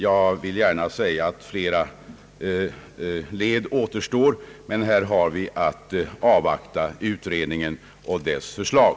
Jag vill gärna säga att flera led återstår, men här har vi att avvakta utredningen och dess förslag.